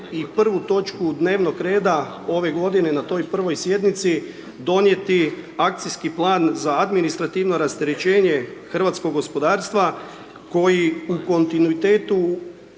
i prvu točku dnevnog reda ove godine na toj prvoj sjednici, donijeti akcijski plan za administrativno rasterećenje hrvatskog gospodarstva koji u kontinuitetu